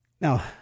Now